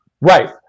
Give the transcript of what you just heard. right